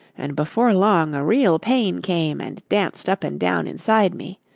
and before long a real pain came and danced up and down inside me.